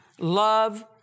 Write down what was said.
love